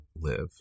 live